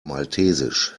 maltesisch